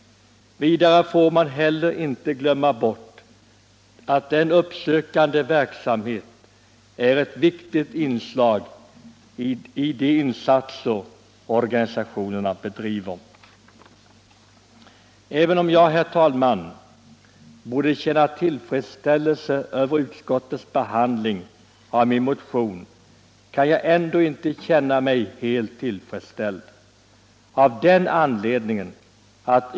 Vidare får man inte heller glömma bort att den uppsökande verksamheten är ett viktigt inslag i de insatser organisationerna bedriver. Även om jag, herr talman, kanske borde känna tillfredsställelse över utskottets behandling av min motion, kan jag inte känna mig helt nöjd.